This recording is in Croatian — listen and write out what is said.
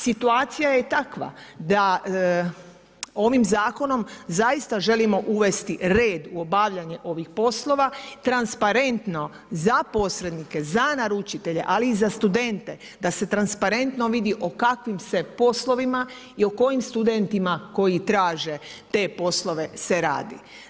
Situacija je takva, da ovim zakonom zaista želimo uvesti redu u obavljanju ovih poslova, transparentno, za posrednike, za naručitelje, ali i za studente, da se transparentno vidi, o kakvim se poslovima i o kojim studentima, koji traže te poslove se radi.